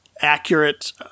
accurate